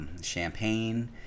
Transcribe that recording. champagne